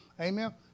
Amen